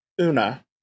Una